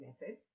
Method